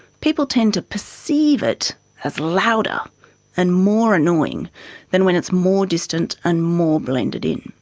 people tend to perceive it as louder and more annoying than when it's more distant and more blended in.